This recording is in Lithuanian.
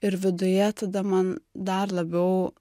ir viduje tada man dar labiau